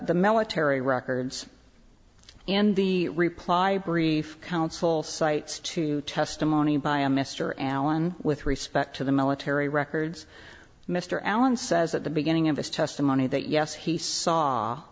the military records and the reply brief counsel cites to testimony by a mr allen with respect to the military records mr allen says at the beginning of his testimony that yes he saw